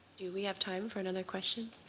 do we have time for another question?